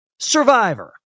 survivor